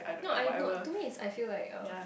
no I no to me I feel like uh